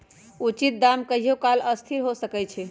उचित दाम कहियों काल असथिर हो सकइ छै